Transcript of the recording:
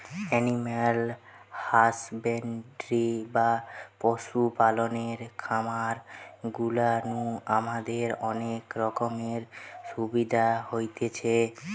animal husbandry বা পশু পালনের খামার গুলা নু আমাদের অনেক রকমের সুবিধা হতিছে